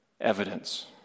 evidence